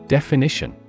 Definition